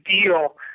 deal